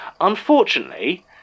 Unfortunately